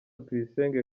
tuyisenge